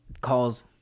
calls